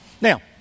Now